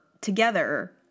together